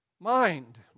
mind